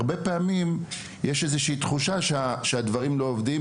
הרבה פעמים יש איזו שהיא תחושה שהדברים לא עובדים